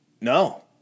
No